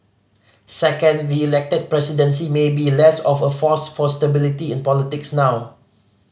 second the Elected Presidency may be less of a force for stability in politics now